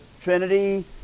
Trinity